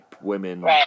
Women